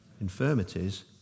infirmities